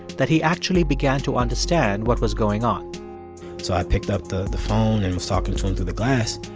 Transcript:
that he actually began to understand what was going on so i picked up the the phone and was talking to him through the glass.